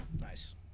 Nice